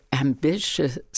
ambitious